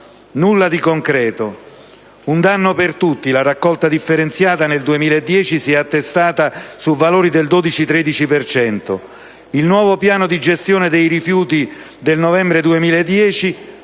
Nulla di concreto. Un dato per tutti: la raccolta differenziata nel 2010 si è attestata su valori del 12-13 per cento. Il nuovo piano di gestione dei rifiuti del novembre 2010